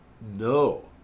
No